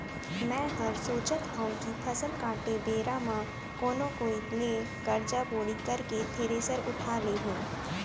मैं हर सोचत हँव कि फसल काटे बेरा म कोनो कोइत ले करजा बोड़ी करके थेरेसर उठा लेहूँ